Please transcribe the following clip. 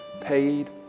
paid